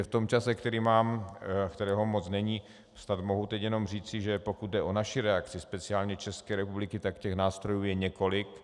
V čase, který mám, kterého moc není, snad mohu teď jenom říci, že pokud jde o naši reakci, speciálně České republiky, nástrojů je několik.